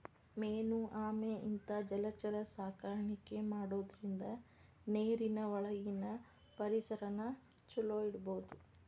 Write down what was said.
main ಆಮೆ ಇಂತಾ ಜಲಚರ ಸಾಕಾಣಿಕೆ ಮಾಡೋದ್ರಿಂದ ನೇರಿನ ಒಳಗಿನ ಪರಿಸರನ ಚೊಲೋ ಇಡಬೋದು